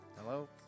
Hello